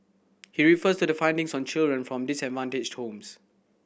he refers to the findings on children from disadvantaged homes